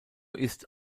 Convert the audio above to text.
ist